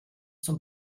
zum